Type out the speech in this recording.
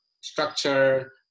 structure